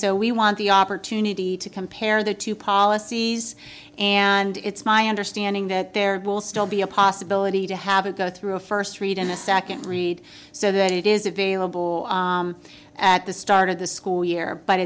so we want the opportunity to compare the two policies and it's my understanding that there will still be a possibility to have it go through a first read in a second read so that it is available at the start of the school year but